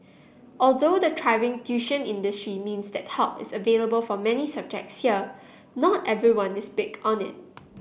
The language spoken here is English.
although the thriving tuition industry means that help is available for many subjects here not everyone is big on it